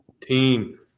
Team